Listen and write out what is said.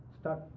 start